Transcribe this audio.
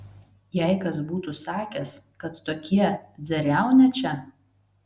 jei kas būtų sakęs kad tokie dzeriaunia čia